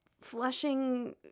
flushing